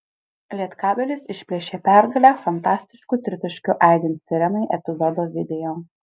lietkabelis išplėšė pergalę fantastišku tritaškiu aidint sirenai epizodo video